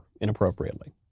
inappropriately